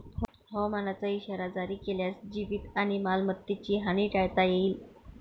हवामानाचा इशारा जारी केल्यास जीवित आणि मालमत्तेची हानी टाळता येईल